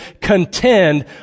contend